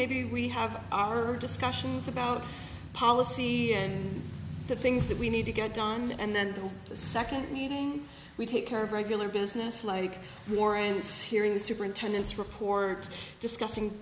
maybe we have our discussions about policy and the things that we need to get done and then the second meeting we take care of regular business like warren says here in the superintendent's report discussing